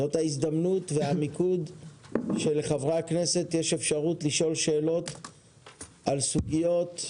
זאת ההזדמנות והמיקוד שלחברי הכנס יש אפשרות לשאול שאלות על סוגיות,